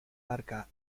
barca